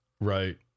right